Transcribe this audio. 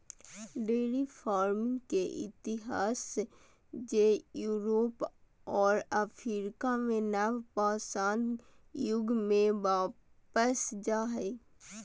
dairy farming के इतिहास जे यूरोप और अफ्रीका के नवपाषाण युग में वापस जा हइ